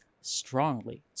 strongly